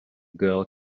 girl